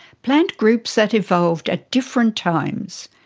plant groups that evolved at different times,